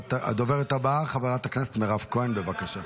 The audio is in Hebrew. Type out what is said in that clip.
הדוברת הבאה, חברת הכנסת מירב כהן, בבקשה.